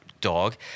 dog